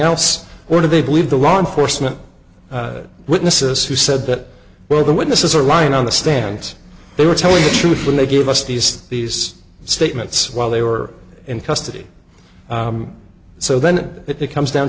else were to be believed the law enforcement witnesses who said that well the witnesses were lying on the stands they were telling the truth when they gave us these these statements while they were in custody so then it comes down